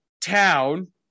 town